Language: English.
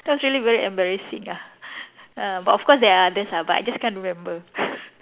that was really very embarrassing ah ah but of course there are others ah but I just can't remember